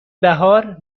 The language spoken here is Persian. بهار